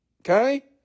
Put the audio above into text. Okay